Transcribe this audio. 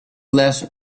less